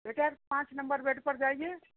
better पाँच number bed पर जाईए